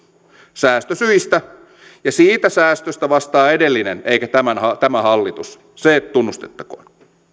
säästösyistä ja siitä säästöstä vastaa edellinen eikä tämä hallitus se tunnustettakoon